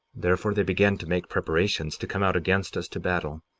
therefore they began to make preparations to come out against us to battle.